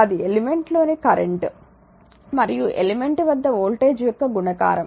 అది ఎలిమెంట్ లోని కరెంట్ మరియు ఎలిమెంట్ వద్ద వోల్టేజ్ యొక్క గుణకారం